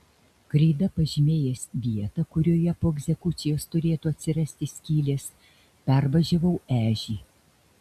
kreida pažymėjęs vietą kurioje po egzekucijos turėtų atsirasti skylės pervažiavau ežį